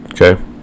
okay